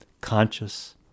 conscious